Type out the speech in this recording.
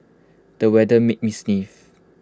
the weather made me sneeze